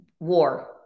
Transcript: war